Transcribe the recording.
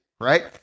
right